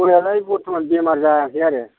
गयालाय बर्थ'मान बेमार जायाखै आरो